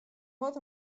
moat